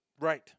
Right